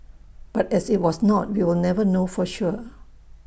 but as IT was not we will never know for sure